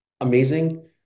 amazing